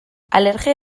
alergia